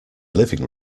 living